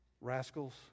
rascals